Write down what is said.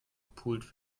gepult